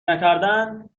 نکردند